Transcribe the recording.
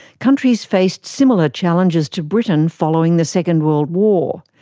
countries faced similar challenges to britain following the second world war.